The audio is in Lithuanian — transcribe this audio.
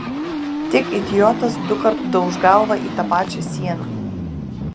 tik idiotas dukart dauš galvą į tą pačią sieną